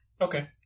Okay